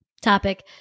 topic